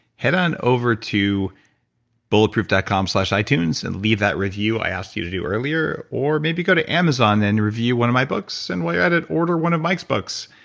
head on over to bulletproof dot com slash itunes and leave that review i asked you to do earlier or maybe go to amazon and review one of my books and while you're at it order one of mike's books.